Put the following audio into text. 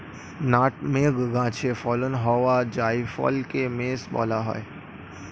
nutmeg গাছে ফলন হওয়া জায়ফলকে মেস বলা হয়